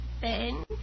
Ben